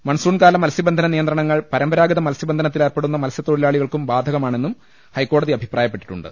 മൺസൂൺകാല മത്സ്യബന്ധന നിയന്ത്രണങ്ങൾ പരമ്പരാഗത മത്സ്യബന്ധനത്തിലേർപ്പെടുന്ന മത്സ്യത്തൊഴിലാളികൾക്കും ബാധ കമാണെന്നും ഹൈക്കോടതി അഭിപ്രായപ്പെട്ടിട്ടുണ്ട്